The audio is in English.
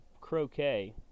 croquet